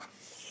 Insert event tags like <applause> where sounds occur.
<noise>